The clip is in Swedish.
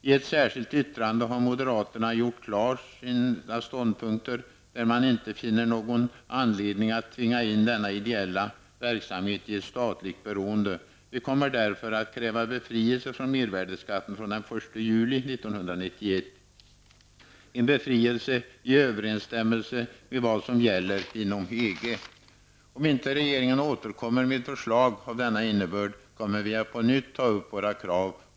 I ett särskilt yttrande har moderaterna gjort sina ståndpunkter klara. Man finner inte någon anledning att tvinga in denna ideella verksamhet i ett statligt beroende. Vi kommer därför att kräva befrielse från mervärdeskatten från den 1 juli 1991. Vi begär befrielse i överensstämmelse med vad som gäller inom EG. Om inte regeringen återkommer med förslag av denna innebörd kommer vi att på nytt ta upp våra krav.